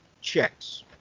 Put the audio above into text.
checks